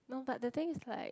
no but the thing is like